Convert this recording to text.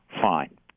fine